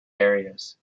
areas